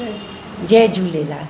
Jay Jhulelal